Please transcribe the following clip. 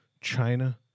China